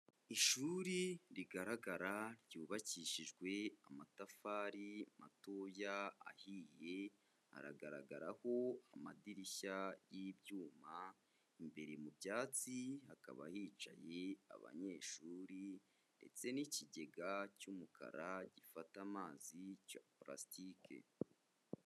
Ishuri rigaragara, ryubakishijwe amatafari matoya ahiye, aragaragaraho amadirishya y'ibyuma, imbere mu byatsi kaba hicaye abanyeshuri, ndetse n'ikigega cy'umukara gifata amazi cya purasitike.